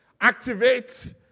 activate